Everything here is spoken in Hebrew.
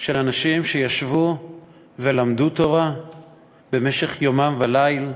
של אנשים שישבו ולמדו תורה במשך יומם וליל,